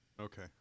Okay